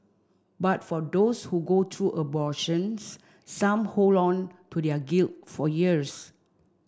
but for those who go through abortions some hold on to their guilt for years